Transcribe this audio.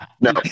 no